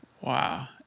Wow